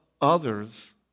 others